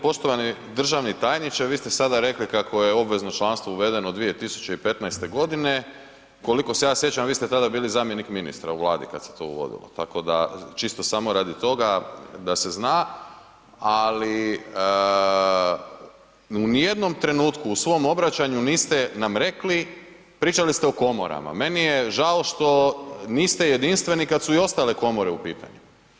Poštovani državni tajniče, vi ste sada rekli kako je obvezno članstvo uvedeno 2015. g., koliko se ja sjećam vi ste tada bili zamjenik ministra Vladi kad se to uvodilo, tako da čisto samo radi toga, da se zna ali u nijednom trenutku u svom obraćanju niste nam rekli, pričali ste o komorama, meni je žao što niste jedinstveni kad su i ostale komore u pitanju.